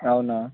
అవునా